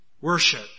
Worship